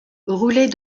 roulait